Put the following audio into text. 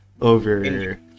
over